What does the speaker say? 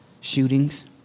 shootings